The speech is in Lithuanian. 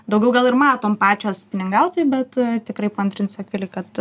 daugiau gal ir matom pačios spiningautojų bet tikrai paantrinsiu akvilei kad